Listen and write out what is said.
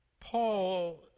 Paul